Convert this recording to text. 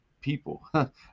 people